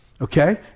Okay